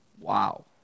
Wow